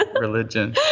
religion